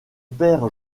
père